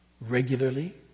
regularly